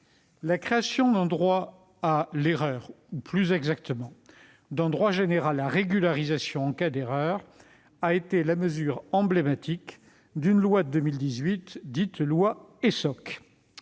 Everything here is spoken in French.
La création d'un droit à l'erreur, plus exactement d'un droit général à régularisation en cas d'erreur, a été la mesure emblématique d'une loi de 2018, la loi Essoc.